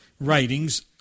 writings